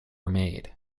made